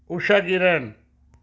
Usha Kiran